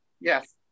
Yes